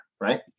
right